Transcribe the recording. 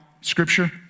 Scripture